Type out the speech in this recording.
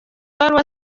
ibaruwa